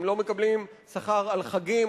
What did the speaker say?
הם לא מקבלים שכר על חגים,